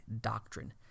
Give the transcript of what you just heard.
doctrine